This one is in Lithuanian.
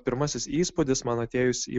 pirmasis įspūdis man atėjus į